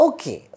Okay